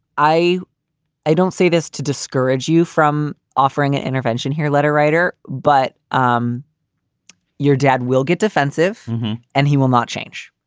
i i don't say this to discourage you from. offering an intervention here letter writer, but um your dad will get defensive and he will not change.